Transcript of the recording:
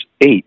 eight